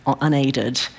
unaided